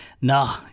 no